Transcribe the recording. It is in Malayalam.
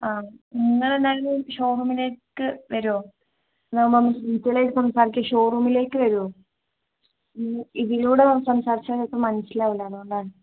ആ നിങ്ങൾ എന്തായാലും ഷോറൂമിലേക്ക് വരുമോ അതാകുമ്പം ഷോറൂമിലേക്ക് വരുമോ ഇതിലൂടെ നമ്മൾ സംസാരിച്ചാൽ ഇപ്പോൾ മനസ്സിലാവുകയില്ല അതുകൊണ്ടാണ്